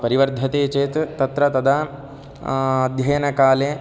परिवर्धते चेत् तत्र तदा अध्ययनकाले